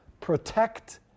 Protect